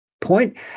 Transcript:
point